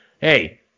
hey